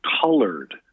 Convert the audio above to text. colored